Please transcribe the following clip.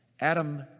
Adam